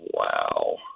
Wow